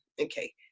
okay